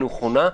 נכון.